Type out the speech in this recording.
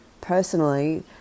personally